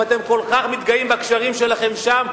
אם אתם כל כך מתגאים בקשרים שלכם שם,